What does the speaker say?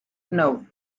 know